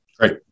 right